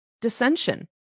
dissension